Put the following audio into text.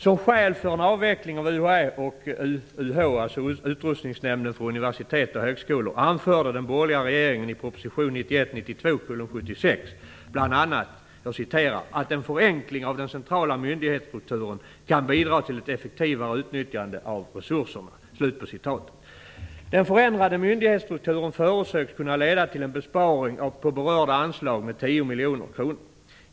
Som skäl för en avveckling av UHÄ och UUH, bl.a. att "en förenkling av den centrala myndighetsstrukturen kan bidra till ett effektivare utnyttjande av resurserna". Den förändrade myndighetsstrukturen förutsågs kunna leda till en besparing på berörda anslag på 10 miljoner kronor.